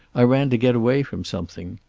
i ran to get away from something.